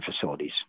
facilities